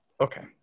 Okay